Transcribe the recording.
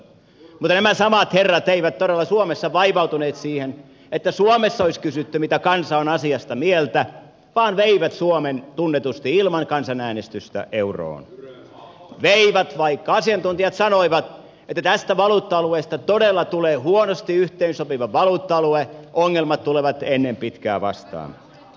mutta nämä samat herrat eivät todella suomessa vaivautuneet siihen että suomessa olisi kysytty mitä kansa on asiasta mieltä vaan veivät suomen tunnetusti ilman kansanäänestystä euroon veivät vaikka asiantuntijat sanoivat että tästä valuutta alueesta todella tulee huonosti yhteensopiva valuutta alue ongelmat tulevat ennen pitkää vastaan